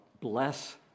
bless